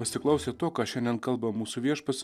pasiklausę to ką šiandien kalba mūsų viešpats